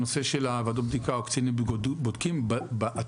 בנושא של ועדות הבדיקה או קצינים בודקים התוצר